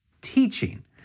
teaching